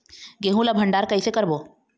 गेहूं ला भंडार कई से करबो?